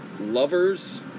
lovers